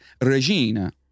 Regina